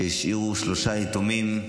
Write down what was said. שהשאירו שלושה יתומים,